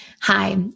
Hi